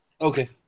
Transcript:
Okay